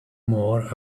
more